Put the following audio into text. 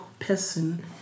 person